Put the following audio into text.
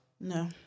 No